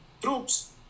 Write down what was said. troops